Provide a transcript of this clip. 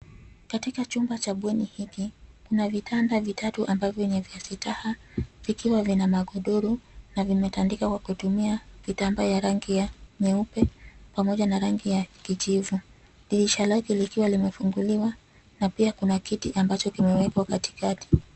Katika chumba cha bweni hiki, kuna vitanda vitatu ambavyo ni vya staha vikiwa vina magodoro na vimetandikwa kwa kutumia vitambaa ya rangi ya nyeupe pamoja na rangi ya kijivu. Dirisha lake likiwa limefunguliwa na pia kuna kiti ambacho kimewekwa katikati.